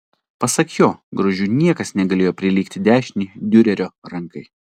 pasak jo grožiu niekas negalėjo prilygti dešinei diurerio rankai